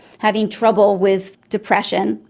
having trouble with depression,